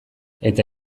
eta